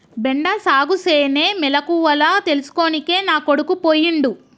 బెండ సాగుసేనే మెలకువల తెల్సుకోనికే నా కొడుకు పోయిండు